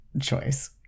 choice